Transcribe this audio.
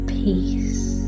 peace